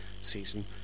season